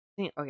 okay